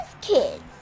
kids